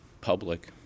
public